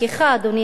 אדוני השר,